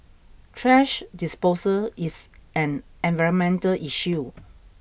trash disposal is an environmental issue